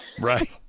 Right